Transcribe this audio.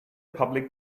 public